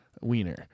Wiener